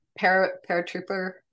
paratrooper